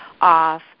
off